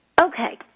Okay